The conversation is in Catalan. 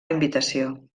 invitació